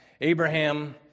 Abraham